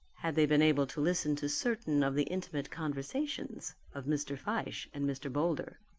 had they been able to listen to certain of the intimate conversations of mr. fyshe and mr. boulder.